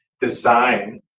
design